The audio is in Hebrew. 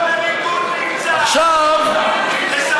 בכמה גירעון הליכוד נמצא?